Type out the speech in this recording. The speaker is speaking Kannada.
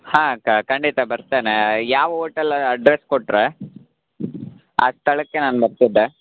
ಹಾಂ ಅಕ್ಕ ಖಂಡಿತ ಬರ್ತೇನೆ ಯಾವ ಓಟೆಲ ಅಡ್ರಸ್ ಕೊಟ್ಟರೆ ಆ ಸ್ಥಳಕ್ಕೆ ನಾನು ಬರ್ತಿದ್ದೆ